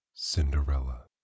Cinderella